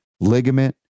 ligament